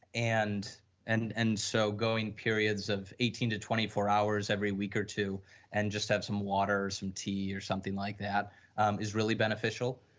and and and so going periods of eighteen to twenty four hours every week or two and just have some water, some tea or something like that um is really beneficial,